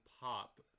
pop